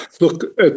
Look